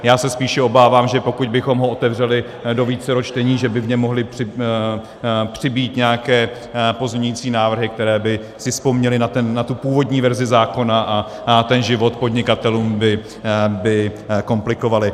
Já se spíše obávám, že pokud bychom ho otevřeli do vícero čtení, že by v něm mohly přibýt nějaké pozměňovací návrhy, které by si vzpomněly na tu původní verzi zákona a ten život podnikatelům by komplikovaly.